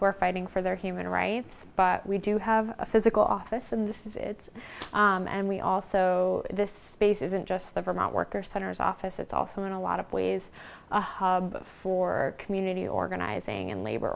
who are fighting for their human rights but we do have a physical office and this is it's and we also this space isn't just the vermont worker centers office it's also in a lot of ways a hub for community organizing and labor